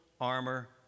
armor